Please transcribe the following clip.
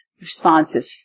responsive